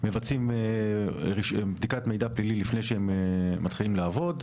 מבצעים בדיקת מידע פלילי לפני שמתחילים לעבוד.